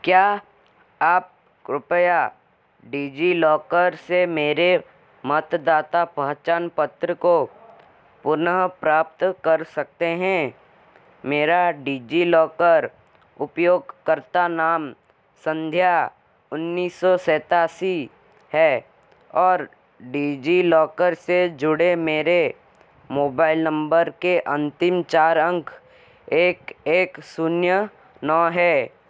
क्या आप कृपया डिजिलॉकर से मेरे मतदाता पहचान पत्र को पुनः प्राप्त कर सकते हैं मेरा डिजिलॉकर उपयोगकर्ता नाम संध्या उन्नीस सौ सत्तासी है और डिजिलॉकर से जुड़े मेरे मोबाइल नम्बर के अंतिम चार अंक एक एक जीरो नौ हैं